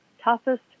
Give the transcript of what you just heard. toughest